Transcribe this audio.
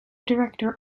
director